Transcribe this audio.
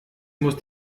muss